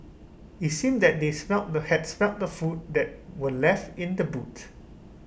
IT seemed that they smelt they had smelt the food that were left in the boot